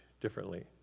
differently